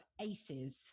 ACEs